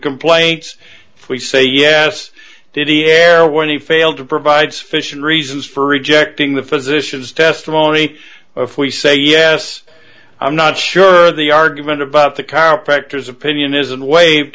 complaints we say yes did he err when he failed to provide sufficient reasons for rejecting the physician's testimony or if we say yes i'm not sure the argument about the chiropractors opinion isn't waived